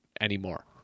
anymore